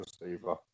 receiver